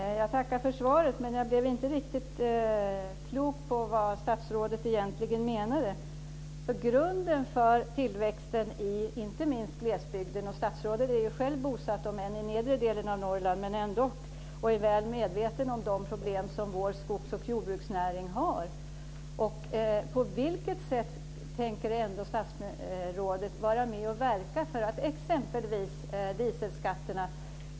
Fru talman! Jag tackar för svaret, men jag blev inte riktigt klok på vad statsrådet egentligen menade. Statsrådet är ju själv bosatt i Norrland, om än i nedre delen, och är väl medveten om de problem som vår skogs och jordbruksnäring har. På vilket sätt tänker statsrådet vara med och verka exempelvis när det gäller dieselskatterna?